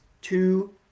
two